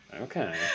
Okay